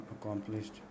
accomplished